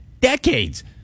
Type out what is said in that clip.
decades